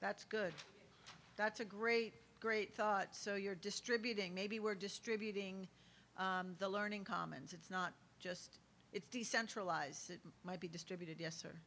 that's good that's a great great thought so you're distributing maybe we're distributing the learning commons it's not just it's decentralize might be distributed yes or